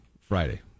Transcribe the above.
Friday